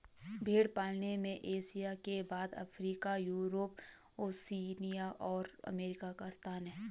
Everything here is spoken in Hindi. भेंड़ पालन में एशिया के बाद अफ्रीका, यूरोप, ओशिनिया और अमेरिका का स्थान है